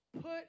put